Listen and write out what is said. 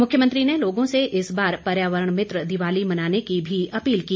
मुख्यमंत्री ने लोगों से इस बार पर्यावरण मित्र मनाने की भी अपील की